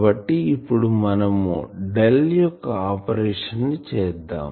కాబట్టి ఇప్పుడు మనము డెల్ యొక్క ఆపరేషన్ని చేద్దాం